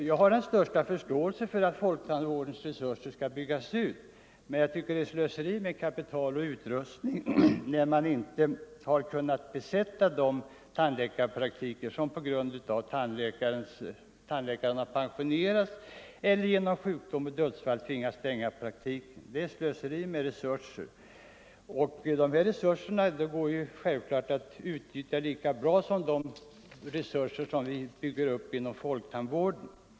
Jag har den största förståelse för att folktandvården skall byggas ut, men jag tycker att det är slöseri med kapital och utrustning när man inte har kunnat besätta de tandläkarpraktiker som på grund av tandläkares pensionering, sjukdom eller dödsfall måste stängas. Det är slöseri med resurser, som självfallet går lika bra att använda som de resurser vi bygger upp inom folktandvården.